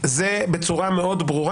זה בצורה ברורה מאוד,